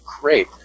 great